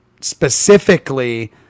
specifically